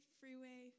freeway